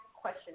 question